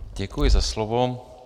Děkuji za slovo.